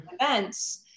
events